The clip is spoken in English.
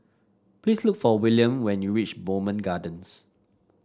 please look for Willam when you reach Bowmont Gardens